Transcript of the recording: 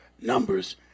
Numbers